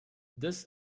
this